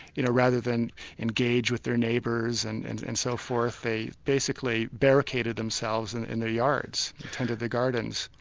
you know rather than engage with their neighbours and and and so forth, they basically barricaded themselves and in their yards and tended their gardens.